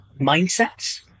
mindsets